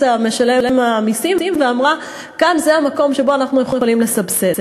משלם המסים ואמרה: כאן זה המקום שבו אנחנו יכולים לסבסד.